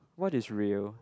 what is real